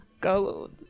go